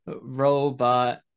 robot